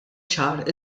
ċar